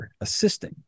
assisting